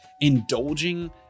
indulging